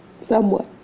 somewhat